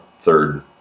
third